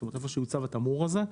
זאת אומרת איפה שהוצב התמרור הזה.